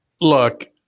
Look